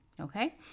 okay